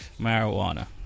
marijuana